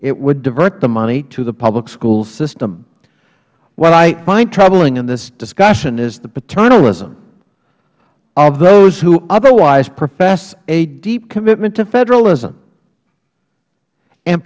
it would divert the money to the public school system what i find troubling in this discussion is the paternalism of those who otherwise profess a deep commitment to federalism and